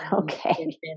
Okay